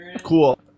cool